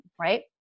Right